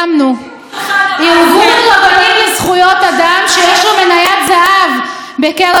הלך צעד נוסף ושילב אלמנטים לאומיים ותנ"כיים בשעה